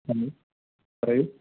hello പറയൂ